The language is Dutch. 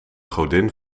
godin